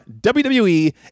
WWE